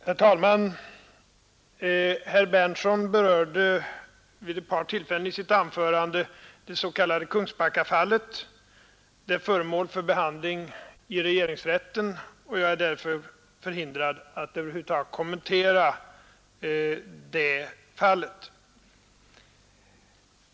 Herr talman! Herr Berndtson i Linköping berörde vid ett par tillfällen i sitt anförande det s.k. Kungsbackafallet. Det är föremål för behandling i regeringsrätten, och jag är därför förhindrad att över huvud taget kommentera fallet.